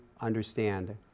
understand